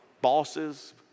bosses